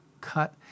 cut